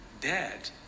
dead